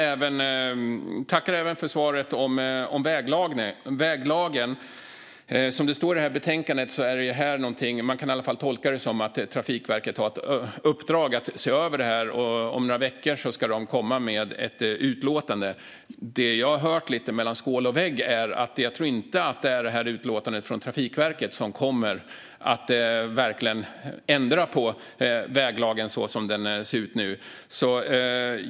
Jag tackar även för svaret om väglagen. Som det står i betänkandet har Trafikverket ett uppdrag - man kan i alla fall tolka det så - att se över detta, och om några veckor ska Trafikverket komma med ett utlåtande. Utifrån det jag har hört lite mellan skål och vägg tror jag inte att det är detta utlåtande från Trafikverket som kommer att ändra på väglagen som den ser ut nu.